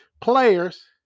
players